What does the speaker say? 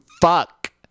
fuck